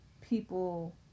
people